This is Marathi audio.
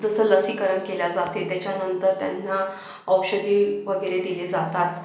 जसं लसीकरण केले जाते त्याच्यानंतर त्यांना औषधी वगैरे दिली जातात